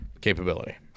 Capability